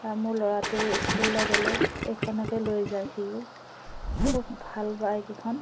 আৰু মোৰ ল'ৰাটো স্কুললৈ গ'লে এইখনকৈ লৈ যায় সিয়ো খুব ভাল বাইক এইখন